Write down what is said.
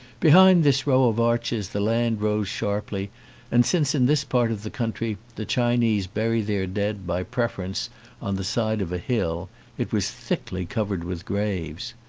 behind this row of arches the land rose sharply and since in this part of the country the chinese bury their dead by preference on the side of a hill it was thickly covered with graves.